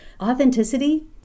authenticity